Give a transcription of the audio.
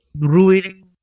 ruining